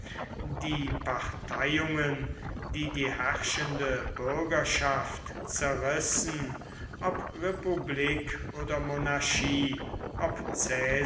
die parteiungen die die herrschende bürgerschaft zerrissen ob republik oder monarchie ob